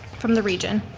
from the region.